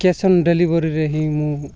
cash on ଡେଲିଭରିରେ ହିଁ ମୁଁ